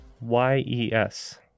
Y-E-S